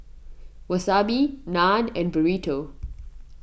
Wasabi Naan and Burrito